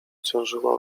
ciążyła